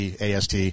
AST